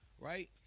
right